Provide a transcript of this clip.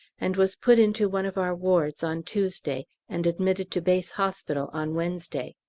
and was put into one of our wards on tuesday, and admitted to base hospital on wednesday.